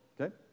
Okay